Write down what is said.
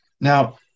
Now